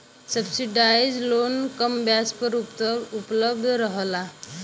subsidise loan कम ब्याज पर उपलब्ध रहला